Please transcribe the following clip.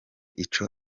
ico